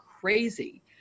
crazy